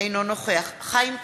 אינו נוכח חיים כץ,